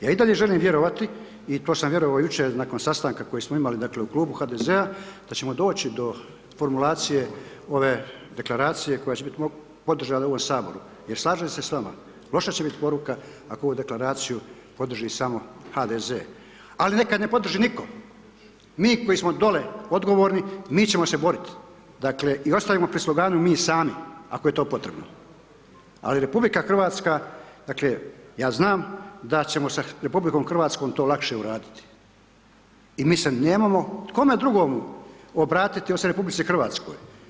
Ja i dalje želim vjerovati i to sam vjerovao jučer nakon sastanka koji smo imali u klubu HDZ-a, da ćemo doći do formulacije ove deklaracije koja će biti podržana u ovom Saboru jer slažem se s vama, loša će biti poruka ako ovu deklaraciju podrži samo HDZ ali neka ne podrži nitko, mi koji smo dole odgovorni, mi ćemo se boriti, dakle i ostajemo pri sloganu „Mi sami“ ako je to potrebno ali RH dakle ja znam da ćemo sa RH to lakše uraditi i mi se nemamo kome drugomu obratiti osim RH.